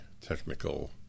technical